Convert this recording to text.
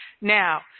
Now